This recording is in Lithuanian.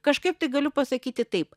kažkaip tai galiu pasakyti taip